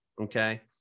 Okay